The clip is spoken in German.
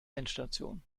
endstation